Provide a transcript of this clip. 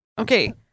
Okay